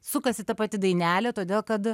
sukasi ta pati dainelė todėl kad